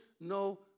no